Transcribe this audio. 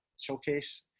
showcase